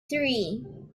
three